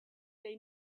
they